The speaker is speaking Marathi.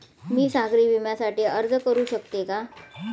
मी सागरी विम्यासाठी अर्ज करू शकते का?